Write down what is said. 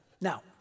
Now